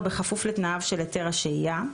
ובכפוף לתנאיו של היתר השהייה,